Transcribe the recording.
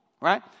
right